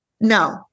No